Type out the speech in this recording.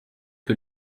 que